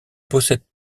possède